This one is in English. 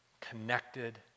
connected